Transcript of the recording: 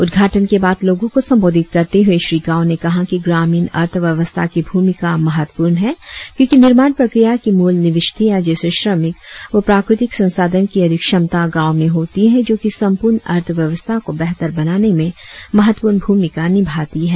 उद्घाटन के बाद लोगो को संबोधित करते हुए श्री गांव ने कहा कि ग्रामीण अर्थव्यवस्था की भ्रमिका महत्वपूर्ण है क्योकि निर्माण प्रक्रिया की मूल निविष्टिया जैसे श्रमिक व प्राकृतिक संसाधन की अधिक क्षमता गांवो में होती है जो कि संपूर्ण अर्थव्यवस्था को बेहतर बनाने में महत्वपूर्ण भूमिका निभाती है